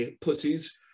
pussies